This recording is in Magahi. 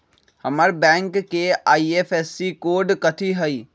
हमर बैंक के आई.एफ.एस.सी कोड कथि हई?